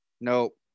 Nope